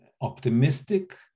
Optimistic